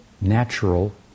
natural